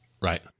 Right